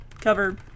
cover